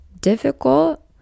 difficult